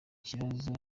kibazo